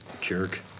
jerk